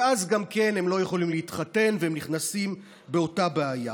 ואז גם כן הם לא יכולים להתחתן והם נכנסים באותה בעיה.